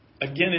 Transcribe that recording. again